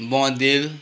बँदेल